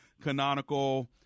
canonical